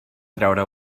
treure